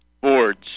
boards